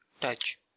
touch